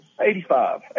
Eighty-five